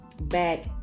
back